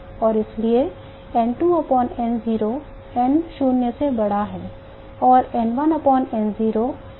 और इसलिए N2N0 N शून्य से बड़ा है और N1N0 N0 से बड़ा है